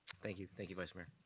thank you. thank you, vice mayor.